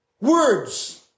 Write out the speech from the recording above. words